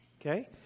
Okay